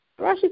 Rashi